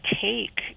take